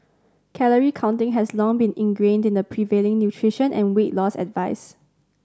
calorie counting has long been ingrained in the prevailing nutrition and weight loss advice